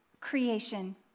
creation